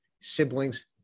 siblings